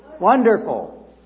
wonderful